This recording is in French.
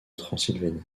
transylvanie